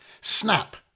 snap